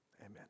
amen